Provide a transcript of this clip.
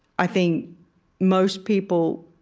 i think most people,